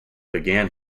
began